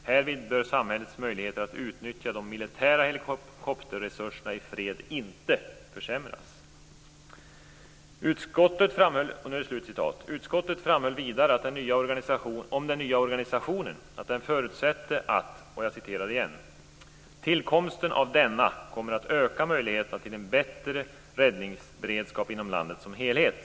Härvid bör samhällets möjligheter att utnyttja de militära helikopterresurserna i fred inte försämras. Utskottet framhöll vidare att tillkomsten av den nya organisationen skulle komma att öka möjligheterna till en bättre räddningsberedskap inom landet som helhet.